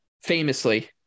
famously